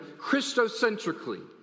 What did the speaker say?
Christocentrically